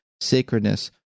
sacredness